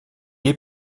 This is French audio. est